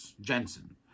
Jensen